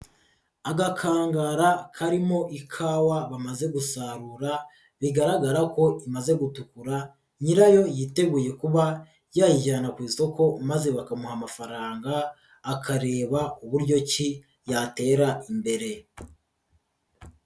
Agakangara karimo ikawa bamaze gusarura bigaragara ko imaze gutukura nyirayo yiteguye kuba yayijyana ku isoko maze bakamuha amafaranga, akareba uburyo ki yatera imbere.